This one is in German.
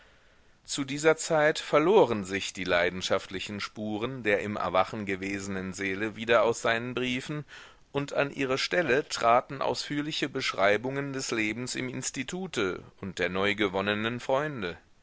zu dieser zeit verloren sich die leidenschaftlichen spuren der im erwachen gewesenen seele wieder aus seinen briefen und an ihre stelle traten ausführliche beschreibungen des lebens im institute und der neugewonnenen freunde